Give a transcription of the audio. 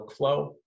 workflow